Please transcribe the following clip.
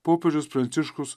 popiežius pranciškus